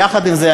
יחד עם זה,